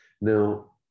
Now